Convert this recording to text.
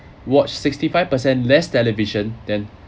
watch sixty five percent less television than